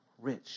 rich